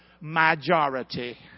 majority